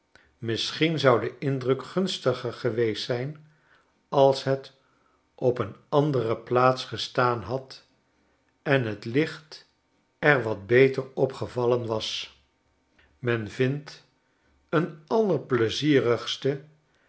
misschien zou de indruk gunstiger geweest zijn als het op een andere plaats gestaan had en het licht er wat beter op gevallen was men vindt een allerpleizierigste en